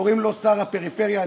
קוראים לו שר הפריפריה,